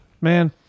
Man